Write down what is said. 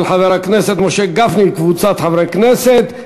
של חבר כנסת משה גפני וקבוצת חברי הכנסת,